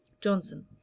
Johnson